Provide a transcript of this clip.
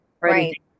right